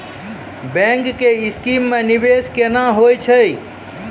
Bank के scheme मे निवेश केना होय छै?